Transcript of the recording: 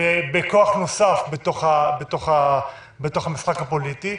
בכוח נוסף בתוך המשחק הפוליטי.